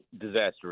disaster